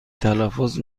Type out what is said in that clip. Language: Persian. تلفظ